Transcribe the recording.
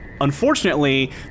Unfortunately